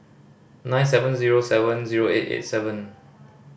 nine seven zero seven zero eight eight seven